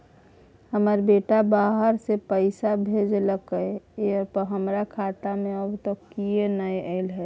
हमर बेटा बाहर से पैसा भेजलक एय पर हमरा खाता में अब तक किये नाय ऐल है?